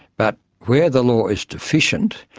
but where the law is deficient,